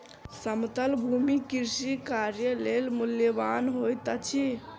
समतल भूमि कृषि कार्य लेल मूल्यवान होइत अछि